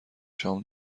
شام